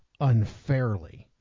unfairly